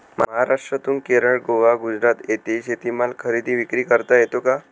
महाराष्ट्रातून केरळ, गोवा, गुजरात येथे शेतीमाल खरेदी विक्री करता येतो का?